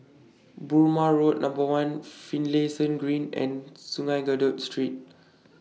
Burmah Road Number one Finlayson Green and Sungei Kadut Street